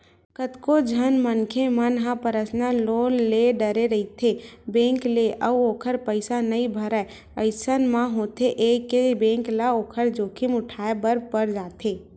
कतको झन मनखे मन ह पर्सनल लोन ले डरथे रहिथे बेंक ले अउ ओखर पइसा नइ भरय अइसन म होथे ये के बेंक ल ओखर जोखिम उठाय बर पड़ जाथे